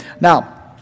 Now